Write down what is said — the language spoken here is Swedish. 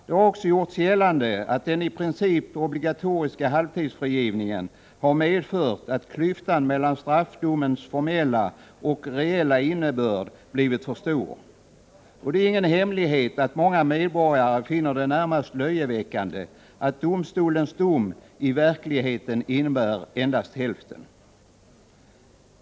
Det har gjorts gällande att den i princip obligatoriska halvtidsfrigivningen har medfört att klyftan mellan straffdomens formella och dess reella innebörd blivit för stor. Det är ingen hemlighet att många medborgare finner det närmast löjeväckande att domstolens dom i verkligheten innebär endast hälften.